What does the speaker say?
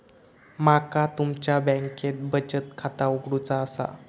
माका तुमच्या बँकेत बचत खाता उघडूचा असा?